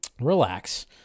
relax